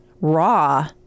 raw